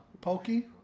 Pokey